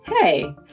hey